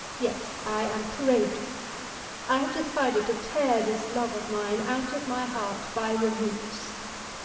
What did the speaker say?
yet i am courageous i have decided to tear this love of mine out of my heart by the roots.